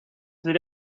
that